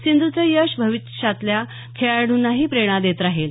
सिंधुचं यश भविष्यातल्या खेळाडूंनाही प्रेरणा देत राहील